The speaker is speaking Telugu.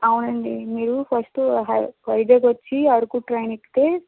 అవునండీ మీరు ఫస్ట్ హైద్ వైజాగ్ వచ్చి అరకు ట్రైన్ ఎక్కితే